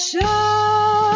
Show